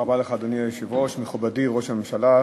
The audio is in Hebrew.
אדוני היושב-ראש, תודה רבה לך, מכובדי ראש הממשלה,